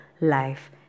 life